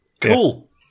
Cool